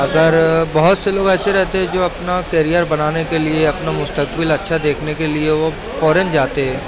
اگر بہت سے لوگ ایسے رہتے ہیں جو اپنا کیریئر بنانے کے لیے اپنا مستقبل اچھا دیکھنے کے لیے وہ فورین جاتے ہیں